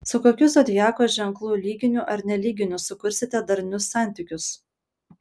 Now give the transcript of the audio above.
su kokiu zodiako ženklu lyginiu ar nelyginiu sukursite darnius santykius